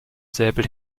säbel